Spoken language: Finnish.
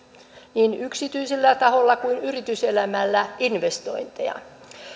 niin yksityisellä taholla kuin yrityselämässäkin investointeja